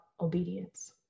obedience